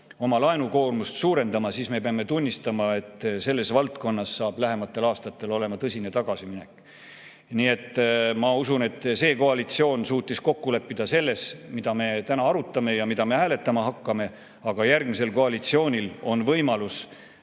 oma laenukoormust suurendama, siis selles valdkonnas saab lähematel aastatel olema tõsine tagasiminek. Nii et ma usun, et see koalitsioon suutis kokku leppida selles, mida me täna arutame ja mida me hääletama hakkame, aga järgmisel koalitsioonil on võimalus